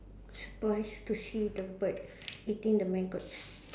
surprise to see the bird eating the maggots